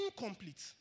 incomplete